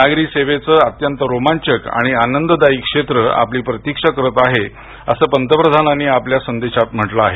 नागरी सेवेचं अत्यंत रोमांचक आणि आनंददाई क्षेत्र आपली प्रतीक्षा करत आहे असं पंतप्रधानांनी आपल्या संदेशात म्हटलं आहे